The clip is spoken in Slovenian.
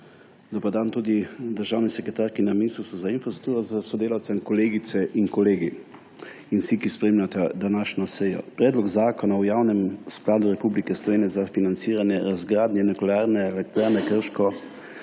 Dober dan tudi državni sekretarki na Ministrstvu za infrastrukturo s sodelavcem, kolegice in kolegi in vsi, ki spremljate današnjo sejo! Predlog zakona o Javnem skladu Republike Slovenije za financiranje razgradnje Nuklearne elektrarne Krško